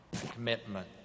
commitment